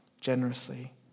generously